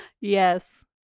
Yes